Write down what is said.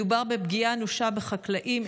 מדובר בפגיעה אנושה בחקלאים,